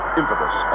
impetus